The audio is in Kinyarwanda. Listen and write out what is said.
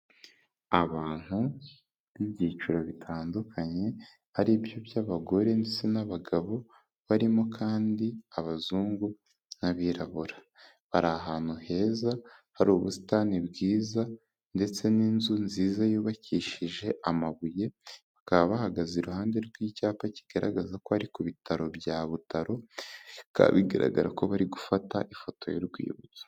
Abantu b'ibyiciro bitandukanye ari byo by'abagore ndetse n'abagabo, barimo kandi abazungu n'abirabura, bari ahantu heza hari ubusitani bwiza ndetse n'inzu nziza yubakishije amabuye, bakaba bahagaze iruhande rw'icyapa kigaragaza ko ari ku bitaro bya Butaro, bikaba bigaragara ko bari gufata ifoto y'urwibutso.